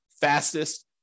fastest